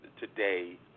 today